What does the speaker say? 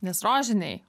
nes rožiniai